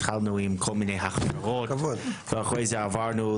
התחלנו עם כל מיני --- ואחרי זה עברנו,